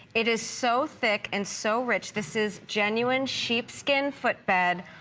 it is so thick and so rich. this is genuine sheepskin footbed.